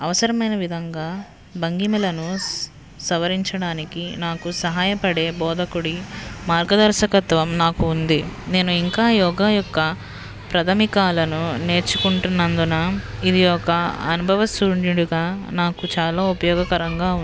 అవసరమైన విధంగా భంగిమలను సవరించడానికి నాకు సహాయపడే బోధకుడి మార్గదర్శకత్వం నాకు ఉంది నేను ఇంకా యోగ యొక్క ప్రాథమికాలను నేర్చుకుంటున్నందున ఇది ఒక అనుభవసూన్యూడిగా నాకు చాలా ఉపయోగకరంగా ఉంది